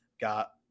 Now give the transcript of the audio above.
got